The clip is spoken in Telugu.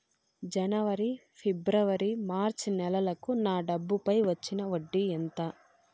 జనవరి, ఫిబ్రవరి, మార్చ్ నెలలకు నా డబ్బుపై వచ్చిన వడ్డీ ఎంత